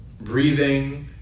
Breathing